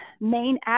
main